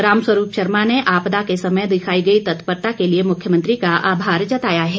रामस्वरूप शर्मा ने आपदा के समय दिखाई गई तत्परता के लिए मुख्यमंत्री का आभार जताया है